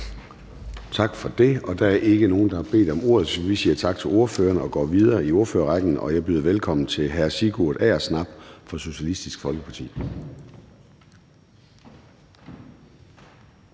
Tak for det. Og der er ikke nogen, der har bedt om ordet, så vi siger tak til ordføreren og går videre i ordførerrækken, og jeg byder velkommen til hr. Sigurd Agersnap fra Socialistisk Folkeparti.